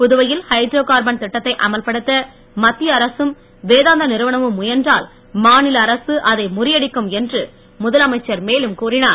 புதுவையில் hydrocarbon திட்டத்தை அமல்படுத்த மத்திய அரசும் வேதாந்தா நிறுவனமும் முயன்றால் மாநில அரசு அதை முறியடிக்கும் என்று முதலமைச்சர் மேலும் கூறினார்